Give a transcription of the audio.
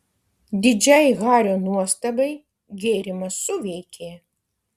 didžiai hario nuostabai gėrimas suveikė